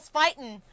fighting